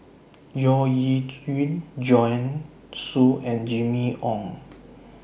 Yeo E Yun Joanne Soo and Jimmy Ong